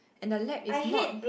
and the lab is not